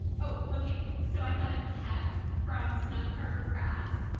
oh okay so i thought of keph from snug harbor crafts.